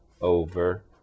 over